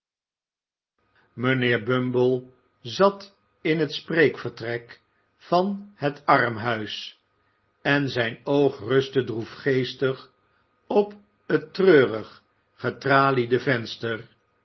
mijnheer bumble zat in het spreekvertrek van het armhuis en zijn oog rustte droefgeestig op het treurig getraliede venster